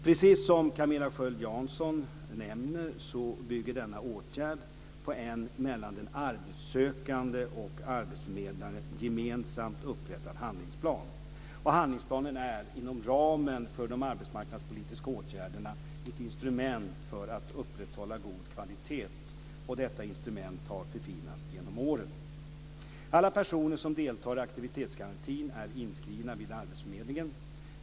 Precis som Camilla Sköld Jansson nämner så bygger denna åtgärd på en mellan den arbetssökande och arbetsförmedlaren gemensamt upprättad handlingsplan. Handlingsplanen är, inom ramen för de arbetsmarknadspolitiska åtgärderna, ett instrument för att upprätthålla god kvalitet, och detta instrument har förfinats genom åren. Alla personer som deltar i aktivitetsgarantin är inskrivna vid arbetsförmedlingen.